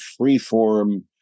freeform